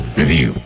review